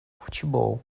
futebol